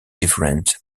different